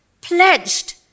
pledged